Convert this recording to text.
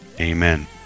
Amen